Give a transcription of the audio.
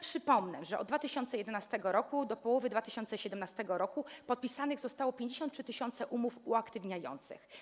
Przypomnę, że od 2011 r. do połowy 2017 r. podpisanych zostało 53 tys. umów uaktywniających.